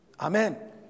Amen